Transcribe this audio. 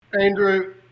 Andrew